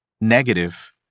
negative